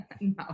No